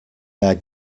their